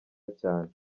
cyane